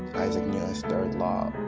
isaac newton's third law,